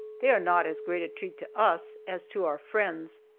they are not as great a treat to us as to our friends,